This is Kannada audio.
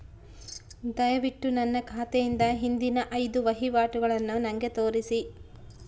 ದಯವಿಟ್ಟು ನನ್ನ ಖಾತೆಯಿಂದ ಹಿಂದಿನ ಐದು ವಹಿವಾಟುಗಳನ್ನು ನನಗೆ ತೋರಿಸಿ